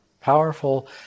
powerful